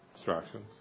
Distractions